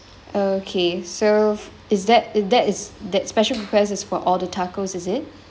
okay so is that it that is that special request is for all the tacos is it